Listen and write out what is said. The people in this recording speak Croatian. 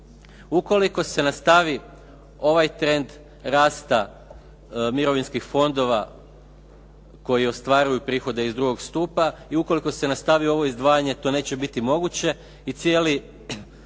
Ukoliko se nastavi ovaj trend rasta mirovinskih fondova koji ostvaruju prihode iz drugog stupa i ukoliko se nastavi ovo izdvajanje, to neće biti moguće i cijela